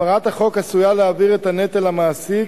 הפרת החוק עשויה להעביר את הנטל למעסיק,